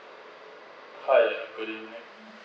hi good evening